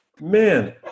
man